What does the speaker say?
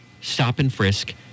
stop-and-frisk